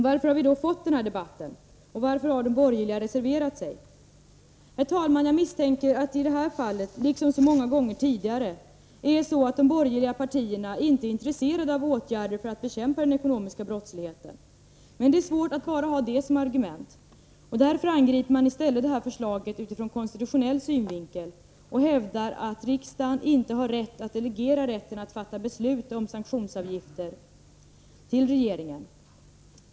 Varför har vi då fått denna debatt? Varför har de borgerliga reserverat sig? Herr talman! Jag misstänker att det i detta fall, liksom så många gånger tidigare, är så att de borgerliga partierna inte är intresserade av åtgärder för att bekämpa den ekonomiska brottsligheten. Men det är svårt att ha bara det som argument. Därför angriper man i stället det här förslaget ur konstitutionell synvinkel och hävdar att riksdagen inte har fullmakt att delegera rätten att fatta beslut om sanktionsavgifter till regeringen.